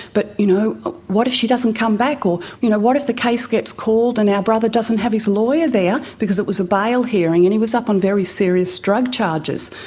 but you know ah what if she doesn't come back, or you know what if the case gets called and our brother doesn't have his lawyer there, because it was a bail hearing and he was up on very serious drug charges.